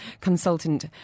consultant